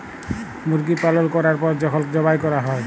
মুরগি পালল ক্যরার পর যখল যবাই ক্যরা হ্যয়